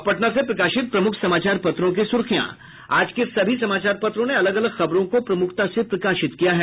अब पटना से प्रकाशित प्रमुख समाचार पत्रों की सुर्खियां आज के सभी समाचार पत्रों ने अलग अलग खबरों को प्रमुखता से प्रकाशित किया है